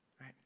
right